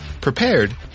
prepared